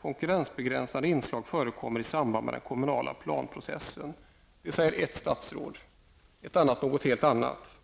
konkurrensbegränsande inslag förekommer i samband med den kommunala planprocessen. Detta säger ett statsråd, medan ett annat statsråd säger någonting helt annat.